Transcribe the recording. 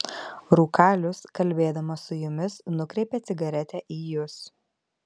rūkalius kalbėdamas su jumis nukreipia cigaretę į jus